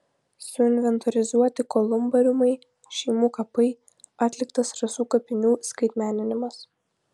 suinventorizuoti kolumbariumai šeimų kapai atliktas rasų kapinių skaitmeninimas